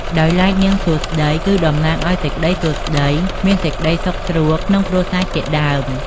ដោយឡែកនាងសួស្តី គឺតំណាងសេចក្តីសួស្តី មានសេចក្តីសុខស្រួលក្នុងគ្រួសារជាដើម ។